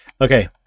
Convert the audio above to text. Okay